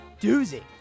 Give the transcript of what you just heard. doozy